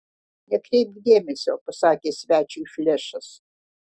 nekreipk dėmesio pasakė svečiui flešas